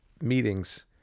meetings